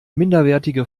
minderwertige